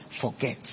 forget